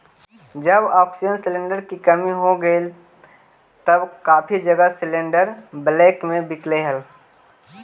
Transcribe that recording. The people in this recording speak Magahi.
जब ऑक्सीजन सिलेंडर की कमी हो गईल हल तब काफी जगह सिलेंडरस ब्लैक में बिकलई हल